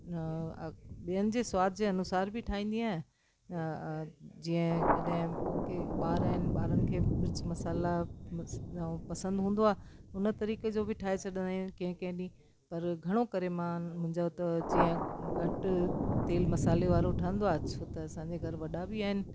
न ॿियनि जे स्वादु जे अनुसारु बि ठाहींदी आहियां अ जीअं कॾहिं की ॿार आहिनि ॿारनि खे मिर्च मसाला मिक्स ऐं पसंदि हूंदो आहे उन तरीक़े जो बि ठाहे छॾींदा आहिनि कंहिं कंहिं ॾींहं पर घणो करे मां मुंहिंजो त जीअं घटि तेल मसाले वारो ठहींदो आहे छो त असांजे घर वॾा बि आहिनि